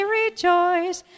rejoice